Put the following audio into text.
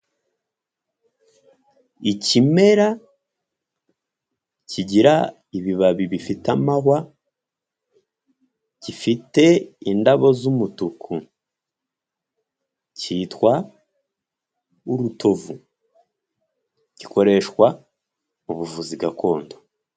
Ikimera kigira ibibabi bifite amahwa, gifite indabo z'umutuku cyitwa urutovu, gikoreshwa mu ubuvuzi gakondo.